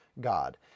God